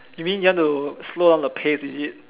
you mean you want to slow down the pace is it